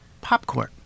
popcorn